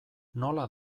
nola